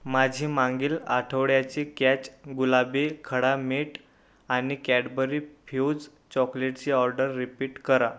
माझी मागील आठवड्याची कॅच गुलाबी खडा मीठ आणि कॅडबरी फ्यूज चॉकलेटची ऑर्डर रिपीट करा